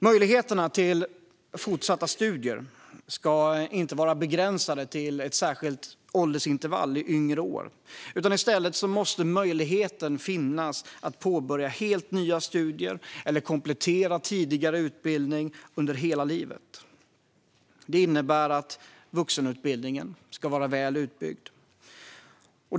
Möjligheterna till fortsatta studier ska inte vara begränsade till ett visst åldersintervall i yngre år. I stället måste möjligheter finnas att påbörja helt nya studier eller att komplettera tidigare utbildning under hela livet. Det innebär att vuxenutbildningen ska vara väl utbyggd.